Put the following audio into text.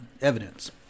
Evidence